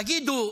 תגידו,